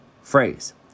phrase